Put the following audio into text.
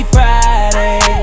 Friday